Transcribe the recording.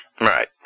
right